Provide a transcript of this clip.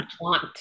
want